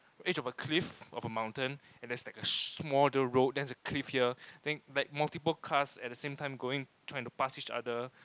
edge of a cliff of a mountain and there's like a smaller road then a cliff here then like multiple cars at the same time going trying to pass each other